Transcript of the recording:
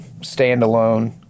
standalone